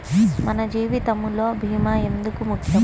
మన జీవితములో భీమా ఎందుకు ముఖ్యం?